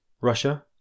Russia